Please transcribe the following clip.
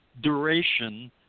duration